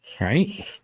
Right